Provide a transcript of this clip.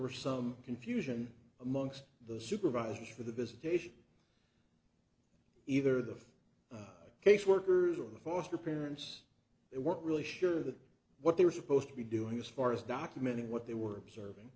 were some confusion amongst the supervisors for the visitation either the caseworkers or the foster parents they weren't really sure that what they were supposed to be doing as far as documenting what they were observing